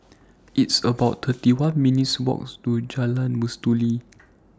It's about thirty one minutes' Walk to Jalan Mastuli